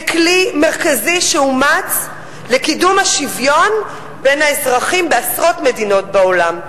זה כלי מרכזי שאומץ לקידום השוויון בין האזרחים בעשרות מדינות בעולם.